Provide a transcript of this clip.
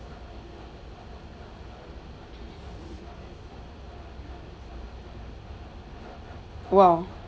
!wow!